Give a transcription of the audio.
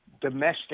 domestic